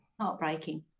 heartbreaking